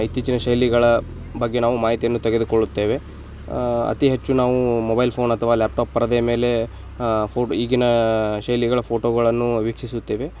ಇತ್ತೀಚಿನ ಶೈಲಿಗಳ ಬಗ್ಗೆ ನಾವು ಮಾಹಿತಿಯನ್ನು ತೆಗೆದುಕೊಳ್ಳುತ್ತೇವೆ ಅತಿ ಹೆಚ್ಚು ನಾವು ಮೊಬೈಲ್ ಫೋಣ್ ಅಥವಾ ಲ್ಯಾಪ್ಟಾಪ್ ಪರದೆಯ ಮೇಲೆ ಫೋಟ್ ಈಗಿನ ಶೈಲಿಗಳ ಫೋಟೋಗಳನ್ನು ವೀಕ್ಷಿಸುತ್ತೇವೆ